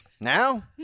Now